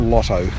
Lotto